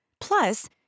plus